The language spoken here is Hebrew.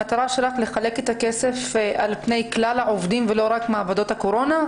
המטרה שלך זה לחלק את הכסף על פני כלל העובדים ולא רק מעבדות הקורונה?